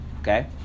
Okay